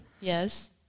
Yes